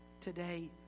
Today